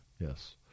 Yes